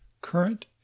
Current